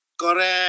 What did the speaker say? Correct